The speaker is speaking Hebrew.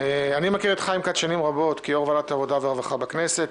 אני מכיר את חיים כץ שנים רבות כיושב-ראש ועדת העבודה והרווחה בכנסת,